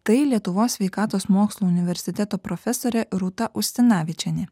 tai lietuvos sveikatos mokslų universiteto profesorė rūta ustinavičienė